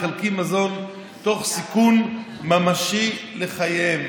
מחלקים מזון תוך סיכון ממשי לחייהם.